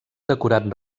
decorat